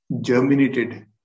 germinated